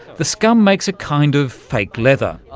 the scum makes a kind of fake leather,